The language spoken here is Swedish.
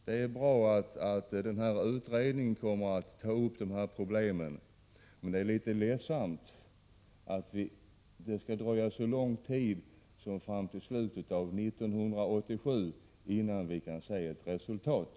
Det är bra att den här utredningen kommer att ta upp dessa problem, men det är litet ledsamt att det skall ta så lång tid som fram till slutet av 1987, innan vi kan se ett resultat.